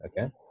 Okay